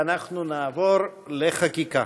אנחנו נעבור לחקיקה.